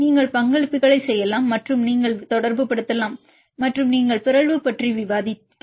எனவே நீங்கள் பங்களிப்புகளைச் செய்யலாம் மற்றும் நீங்கள் தொடர்புபடுத்தலாம் மற்றும் இங்கே நாங்கள் பிறழ்வு பற்றி விவாதித்தோம்